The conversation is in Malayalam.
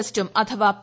ടെസ്റ്റും അഥവാ പി